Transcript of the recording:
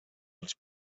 als